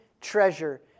treasure